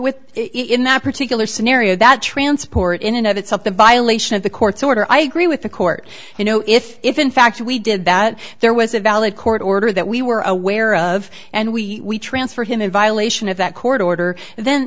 with it in that particular scenario that transport in and of itself the violation of the court's order i agree with the court you know if if in fact we did that there was a valid court order that we were aware of and we transfer him in violation of that court order